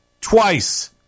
twice